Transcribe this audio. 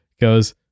goes